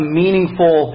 meaningful